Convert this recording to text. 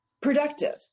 productive